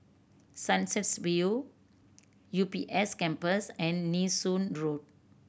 Sunsets View U B S Campus and Nee Soon Road